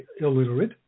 illiterate